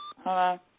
Hello